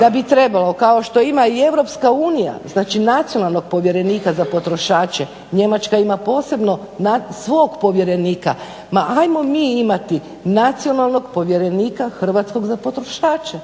da bi trebalo kao što ima i EU znači nacionalnog povjerenika za potrošače, Njemačka ima posebno svog povjerenika, ma ajmo mi imati nacionalnog povjerenika hrvatskog za potrošače.